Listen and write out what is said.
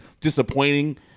disappointing